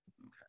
Okay